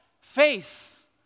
face